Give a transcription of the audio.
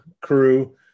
crew